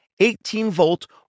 18-volt